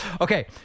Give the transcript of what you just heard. Okay